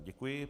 Děkuji.